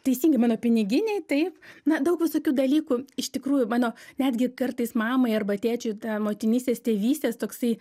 teisingai mano piniginei taip na daug visokių dalykų iš tikrųjų mano netgi kartais mamai arba tėčiui ta motinystės tėvystės toksai